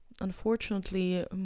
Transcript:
unfortunately